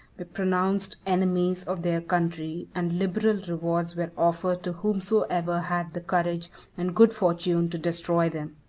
were pronounced enemies of their country, and liberal rewards were offered to whomsoever had the courage and good fortune to destroy them.